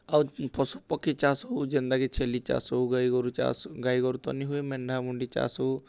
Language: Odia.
ଆଉ ପଶୁପକ୍ଷୀ ଚାଷ୍ ହଉ ଯେନ୍ତାକି ଛେଲି ଚାଷ୍ ହଉ ଗାଈ ଗୋରୁ ଚାଷ୍ ଗାଈ ଗୋରୁ ତ ନିହୁଏ ମେଣ୍ଢାମୁଣ୍ଡି ଚାଷ୍ ହଉ